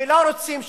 ולא רוצים שלום.